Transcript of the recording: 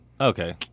Okay